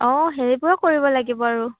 অঁ সেইবোৰে কৰিব লাগিব আৰু